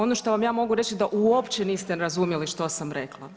Ono što vam ja mogu reći da uopće niste razumjeli što sam rekla.